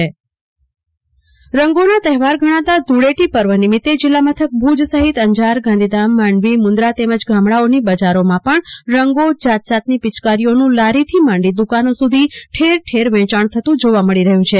કલ્પના શાહ ફોળી ધૂળેટી પર્વ રંગોનો તહેવાર ગણાતા ધ્રળેટી પર્વ નિમિત્તે જીલ્લા મથક ભુજ સહીત અંજાર ગાંધીધામ માંડવી મુન્દ્રા તેમજ ગામડાઓની બજારોમાં પણ રંગો જાતજાતની પિયકારીઓનું લારી થી માંડી દુકાનો સુધી ઠેર ઠેર વેંચાણ થતું જોવા મળી રહ્યું છે